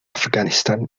afganistán